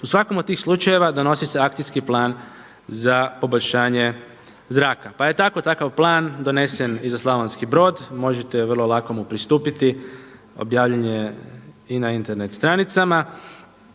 u svakom od tih slučajeva donosi se akcijski plan za poboljšanje zraka. Pa je tako takav plan donesen i za Slavonski Brod. Možete vrlo lako mu pristupiti, objavljen je i na Internet stranicama.